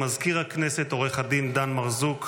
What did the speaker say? מזכיר הכנסת עו"ד דן מרזוק,